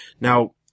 Now